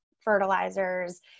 fertilizers